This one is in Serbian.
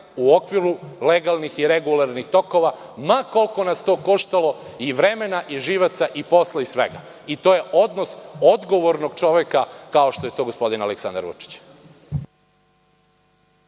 u okviru legalnih i regularnih tokova, ma koliko nas to koštalo i vremena i živaca i posla i svega. To je odnos odgovornog čoveka kao što je to gospodin Aleksandar Vučić.